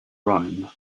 rome